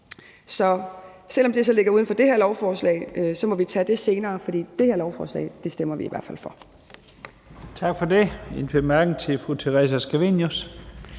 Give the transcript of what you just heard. selv om det ligger uden for det her lovforslag, må vi tage det senere. Det her lovforslag stemmer vi i hvert fald for. Kl. 16:09 Første næstformand